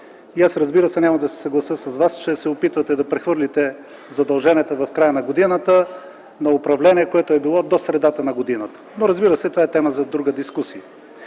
Аз, разбира се, няма да се съглася с Вас, че се опитвате да прехвърляте задълженията от края на годината на управление, което е било до средата на годината. Но, разбира се, това е тема за друга дискусия.